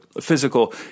physical